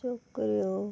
चकऱ्यो